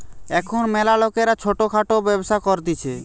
এখুন ম্যালা লোকরা ছোট খাটো ব্যবসা করতিছে